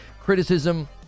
criticism